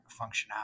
functionality